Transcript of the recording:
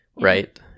Right